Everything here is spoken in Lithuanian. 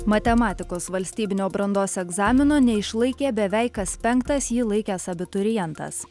matematikos valstybinio brandos egzamino neišlaikė beveik kas penktas jį laikęs abiturientas